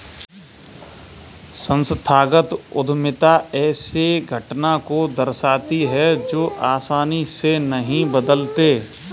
संस्थागत उद्यमिता ऐसे घटना को दर्शाती है जो आसानी से नहीं बदलते